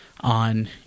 on